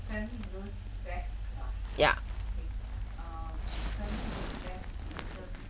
ya